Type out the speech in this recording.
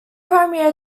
primary